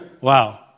wow